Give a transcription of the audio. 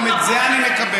גם את זה אני מקבל.